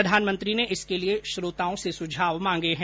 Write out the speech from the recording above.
प्रधानमंत्री ने इसके लिए श्रोताओं से सुझाव मांगे हैं